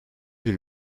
bir